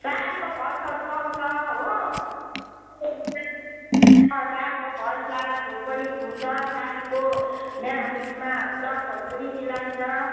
साडीको फल्सहरू लगाउँछ हो चोलोहरू पनि साडीको फल्स लगाएर छेउ पनि खुट्छ साडीको यहाँ ऊ यसमा ब्लाउजहरू पनि सिलाइन्छ